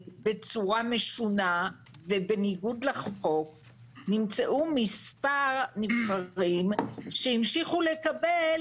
בצורה משונה ובניגוד לחוק נמצאו מספר נבחרים שהמשיכו לקבל